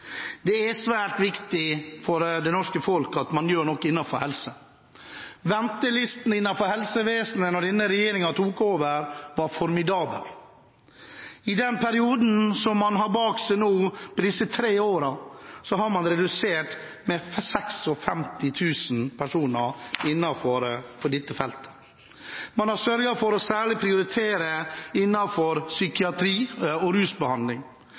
Det er svært viktig for det norske folk at man gjør nok innenfor helse. Ventelistene i helsevesenet da denne regjeringen overtok, var formidable. I den perioden som man har bak seg – i disse tre årene – har man redusert med 56 000 personer innenfor dette feltet. Man har sørget for særlig å prioritere innenfor psykiatri og rusbehandling.